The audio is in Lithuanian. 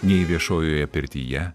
nei viešojoje pirtyje